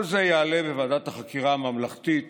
כל זה יעלה בוועדת החקירה הממלכתית